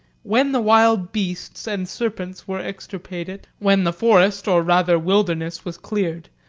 when the wild beasts and serpents were extirpated, when the forest, or rather wilderness, was cleared,